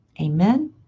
Amen